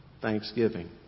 thanksgiving